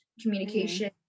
Communication